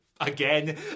Again